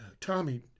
Tommy